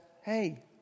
Hey